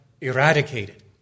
eradicated